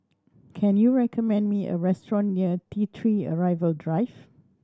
can you recommend me a restaurant near T Three Arrival Drive